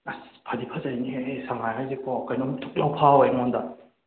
ꯑꯁ ꯐꯗꯤ ꯐꯖꯩꯅꯦꯍꯦ ꯁꯉꯥꯏ ꯍꯥꯏꯁꯦꯀꯣ ꯀꯩꯅꯣꯝ ꯊꯨꯛ ꯂꯥꯎꯕ ꯐꯥꯎꯋꯦ ꯑꯩꯉꯣꯟꯗ